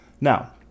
Now